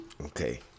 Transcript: Okay